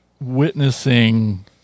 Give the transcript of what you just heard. witnessing